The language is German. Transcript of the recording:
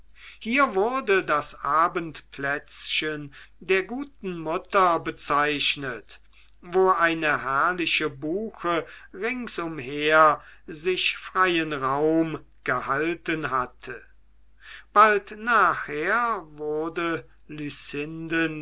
hier wurde das abendplätzchen der guten mutter bezeichnet wo eine herrliche buche rings umher sich freien raum gehalten hatte bald nachher wurde